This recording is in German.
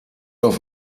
auf